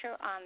on